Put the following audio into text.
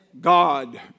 God